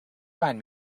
find